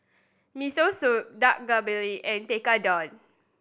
Miso Soup Dak Galbi and Tekkadon